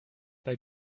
bei